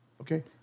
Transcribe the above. Okay